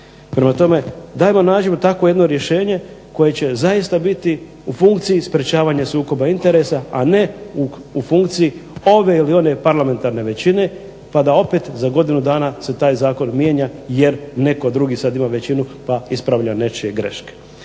Prema tome dajmo nađimo takvo jedno rješenje koje će zaista biti u funkciji sprječavanja sukoba interesa, a ne u funkciji ove ili one parlamentarne većine, pa da opet za godinu dana se taj zakon mijenja jer netko drugi sad ima većinu pa ispravlja nečije greške.